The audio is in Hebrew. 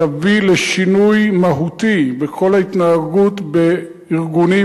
תביא לשינוי מהותי בכל ההתנהגות בארגונים